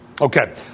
Okay